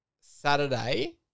Saturday